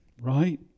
Right